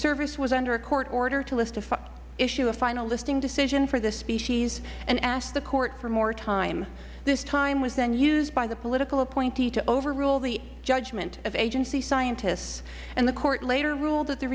service was under a court order to issue a final listing decision for this species and asked the court for more time this time was then used by the political appointee to overrule the judgment of agency scientists the court later ruled that